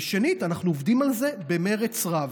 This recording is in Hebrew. ושנית, אנחנו עובדים על זה במרץ רב.